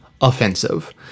offensive